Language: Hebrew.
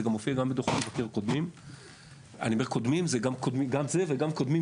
זה מופיע גם בדוחות מבקר קודמים וגם בדוח הנוכחי.